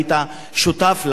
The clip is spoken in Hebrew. היית שותף לה,